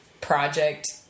project